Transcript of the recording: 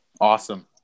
Awesome